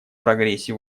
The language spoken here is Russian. прогрессе